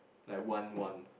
like one one